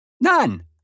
None